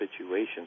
situations